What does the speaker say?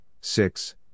six